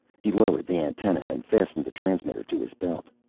he lowered the antenna and fastened the transmitter to his belt.